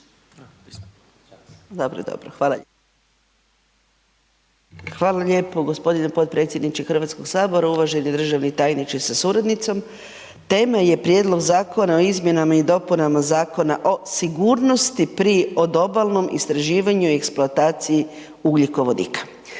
dobro, dobro. Hvala lijepo gospodine potpredsjedniče Hrvatskog sabora, uvaženi državni tajniče sa suradnicom. Tema je Prijedlog Zakona o izmjenama i dopunama Zakona o sigurnosti pri odobalnom istraživanju i eksploataciji ugljikovodika